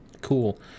cool